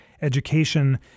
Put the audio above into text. Education